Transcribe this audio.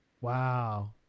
Wow